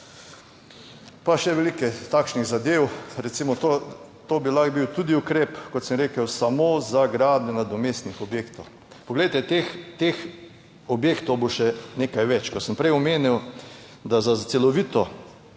Pa še veliko je takšnih zadev, recimo, to bi lahko bil tudi ukrep, kot sem rekel, samo za gradnjo nadomestnih objektov. Poglejte, teh objektov bo še nekaj več. Ko sem prej omenil, da za celovito